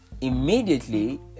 immediately